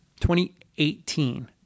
2018